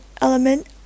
element